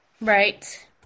right